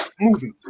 movie